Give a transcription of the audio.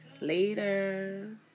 later